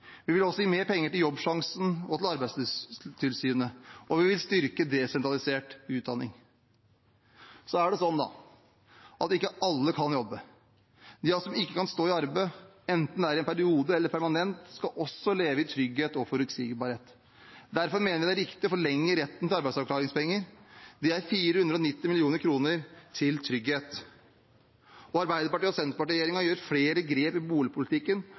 Vi vil også gi mer penger til Jobbsjansen og til Arbeidstilsynet, og vi vil styrke desentralisert utdanning. Så er det slik at ikke alle kan jobbe. De av oss som ikke kan stå i arbeid – enten det er i en periode eller permanent – skal også kunne leve i trygghet og forutsigbarhet. Derfor mener vi det er riktig å forlenge retten til arbeidsavklaringspenger. Det er 490 mill. kr til trygghet. Arbeiderparti–Senterparti-regjeringen gjør flere grep i boligpolitikken,